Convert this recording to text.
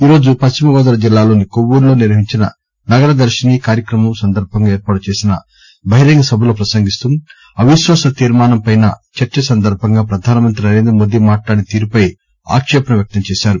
ఈరోజు పశ్చిమగోదావరి జిల్లాలోని కొవ్వూరులో నిర్వహించిన నగర దర్శిని కార్యక్రమం సందర్భంగా ఏర్పాటు చేసిన బహిరంగ సభలో పసంగిస్తూ అవిశ్వాస తీర్శానంపై చర్చ సందర్భంగా పధానమంతి నరేందమోదీ మాట్లాడిన తీరుపై ఆక్షేపణ వ్యక్తం చేశారు